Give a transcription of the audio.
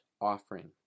offering